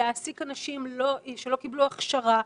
להעסיק אנשים שלא קיבלו הכשרה,